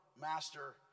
master